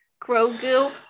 Grogu